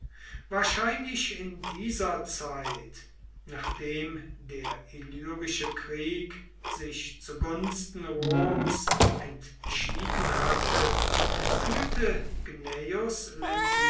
wahrscheinlich in dieser zeit nachdem der illyrische krieg sich zu gunsten roms entschieden hatte führte